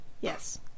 Yes